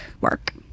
work